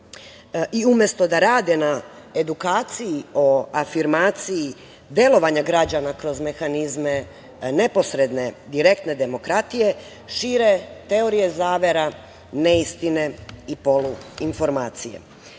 i umesto da rade na edukaciji o afirmaciji delovanja građana kroz mehanizme neposredne, direktne demokratije, šire teorije zavera, ne istine i polu informacije. Krajnje